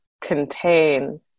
contain